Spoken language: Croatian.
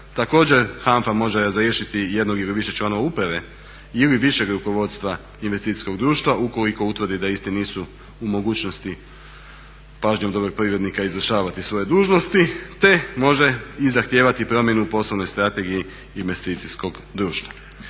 Također, HANFA može razriješiti jednog ili više članova uprav ili višeg rukovodstva investicijskog društva ukoliko utvrdi da isti nisu u mogućnost pažnjom dobrog privrednika izvršavati svoje dužnosti, te može i zahtijevati promjenu poslovnoj strategiji investicijskog društva.